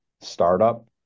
startup